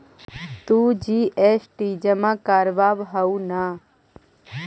तु जी.एस.टी जमा करवाब हहु न?